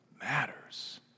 matters